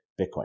Bitcoin